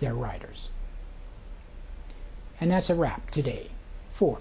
their writers and that's a wrap today for